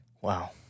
Wow